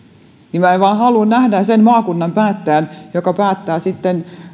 niin minä vain haluan nähdä sen maakunnan päättäjän joka päättää sitten